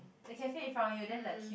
the cafe in front of you then the queue